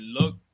look